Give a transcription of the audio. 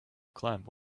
climb